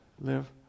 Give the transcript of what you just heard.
live